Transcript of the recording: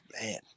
man